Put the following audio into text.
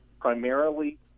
primarily